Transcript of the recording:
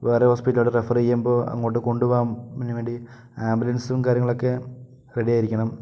വേറെ ഹോസ്പിറ്റലിലോട്ട് റെഫർ ചെയ്യുമ്പോൾ അങ്ങോട്ട് കൊണ്ടുപോവാൻ അതിന് വേണ്ടി ആംബുലൻസും കാര്യങ്ങളൊക്കെ റെഡിയായിരിക്കണം